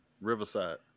Riverside